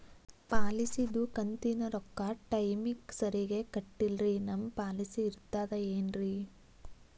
ಪಾಲಿಸಿದು ಕಂತಿನ ರೊಕ್ಕ ಟೈಮಿಗ್ ಸರಿಗೆ ಕಟ್ಟಿಲ್ರಿ ನಮ್ ಪಾಲಿಸಿ ಇರ್ತದ ಏನ್ರಿ?